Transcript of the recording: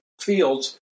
fields